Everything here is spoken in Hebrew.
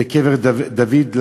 בקבר דוד,